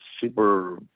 super